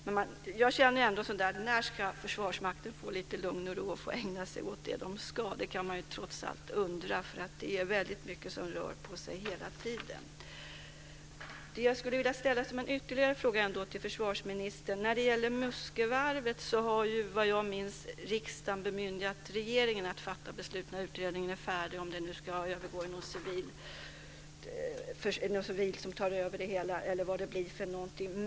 Men jag känner ändå så här: När ska Försvarsmakten få lite lugn och ro och få ägna sig åt det man ska? Det kan man trots allt undra. Det är väldigt mycket som rör på sig hela tiden. Jag vill ställa ytterligare en fråga till försvarsministern. När det gäller Muskövarvet har riksdagen vad jag minns bemyndigat regeringen att när utredningen är färdig fatta beslut om huruvida något civilt ska ta över det hela eller vad det nu blir.